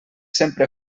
sempre